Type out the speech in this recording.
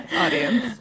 audience